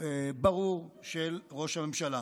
ברור של ראש הממשלה.